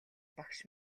багш